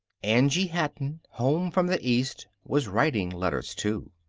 angie hatton, home from the east, was writing letters, too.